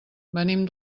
venim